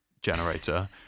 generator